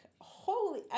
holy